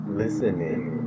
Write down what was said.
listening